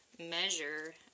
measure